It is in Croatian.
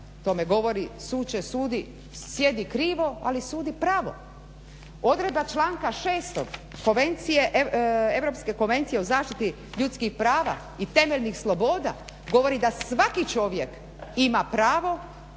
tome govori "Suče sudi, sjedi krivo, ali sudi pravo." Odredba članka 6. Konvencije, Europske konvencije o zaštiti ljudskih prava i temeljnih sloboda govori da svaki čovjek ima pravo